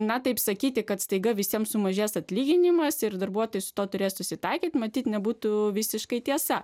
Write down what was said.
na taip sakyti kad staiga visiems sumažės atlyginimas ir darbuotis to turės susitaikyti matyt nebūtų visiškai tiesa